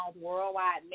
Worldwide